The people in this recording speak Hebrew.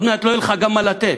עוד מעט לא יהיה לך גם מה לתת,